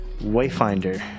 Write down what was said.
wayfinder